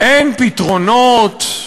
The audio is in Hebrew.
אין פתרונות,